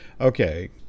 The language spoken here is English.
okay